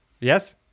Yes